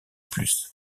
plus